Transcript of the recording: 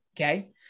Okay